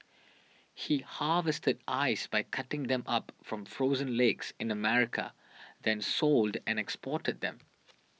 he harvested ice by cutting them up from frozen lakes in America then sold and exported them